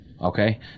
Okay